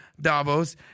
Davos